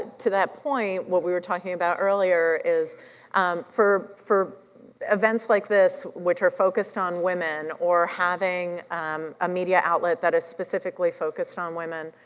to that point, what we were talking about earlier is for for events like this, which are focused on women or having a media outlet that is specifically focused on women,